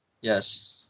yes